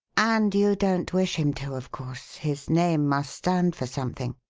and you don't wish him to, of course his name must stand for something.